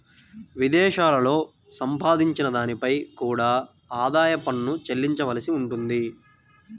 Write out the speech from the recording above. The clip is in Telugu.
విదేశాలలో సంపాదించిన దానిపై కూడా ఆదాయ పన్ను చెల్లించవలసి ఉంటుంది